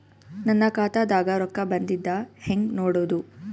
ನನ್ನ ಖಾತಾದಾಗ ರೊಕ್ಕ ಬಂದಿದ್ದ ಹೆಂಗ್ ನೋಡದು?